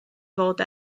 fod